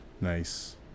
Nice